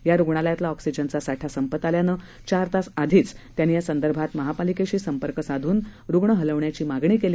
या रुग्णालयातला ऑक्सीजनचा साठा संपत आल्यानं चार तास आधीच त्यांनी या संदर्भात महापालिकेशी संपर्क साधून रुण हलवण्याची मागणी केली